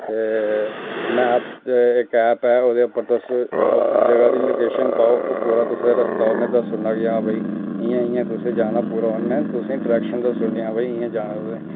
ते मैपस दे इक ऐप उ'दे पर तुस उस जगहा दी लोकेशन पाओ ओह् पूरा रस्ता उ'ने दस्सी उड़ना हां भाई इ'यां इ'यां तुसें जाना उनें पूरा तुसेंगी डरैक्शन दस्सी उड़नी कि इ'यां जाना तुसें